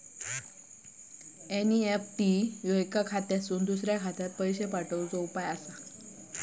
NEFT ह्यो एका खात्यातुन दुसऱ्या खात्यात पैशे पाठवुचो उपाय हा